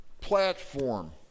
platform